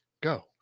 Go